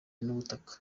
n’ubutaka